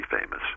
famous